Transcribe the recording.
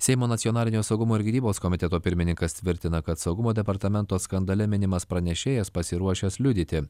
seimo nacionalinio saugumo ir gynybos komiteto pirmininkas tvirtina kad saugumo departamento skandale minimas pranešėjas pasiruošęs liudyti